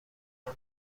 موم